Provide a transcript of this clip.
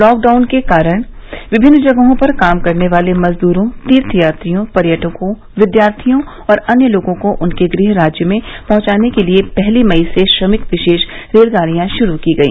lockdown के कारण विभिन्न जगहों पर काम करने वाले मजदूरों तीर्थयात्रियों पर्यटकों विद्यार्थियों और अन्य लोगों को उनके गृह राज्य पहुंचाने के लिए पहली मई से श्रमिक विशेष रेलगाडियां शुरू की गई